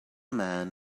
man